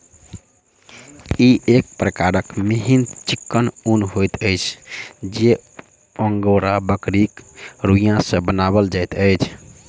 ई एक प्रकारक मिहीन चिक्कन ऊन होइत अछि जे अंगोरा बकरीक रोंइया सॅ बनाओल जाइत अछि